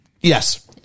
Yes